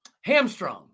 hamstrung